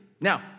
Now